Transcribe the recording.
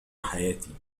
حياتي